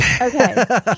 Okay